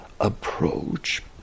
approach